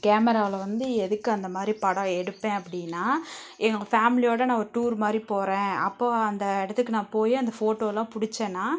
கேமராவில் வந்து எதுக்கு அந்த மாதிரி படம் எடுப்பேன் அப்படின்னா எங்கள் ஃபேமிலியோடய நான் ஒரு டூர் மாதிரி போகிறேன் அப்போ அந்த இடத்துக்கு நான் போய் அந்த ஃபோட்டோ எல்லாம் பிடிச்சேன்னா